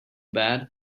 bad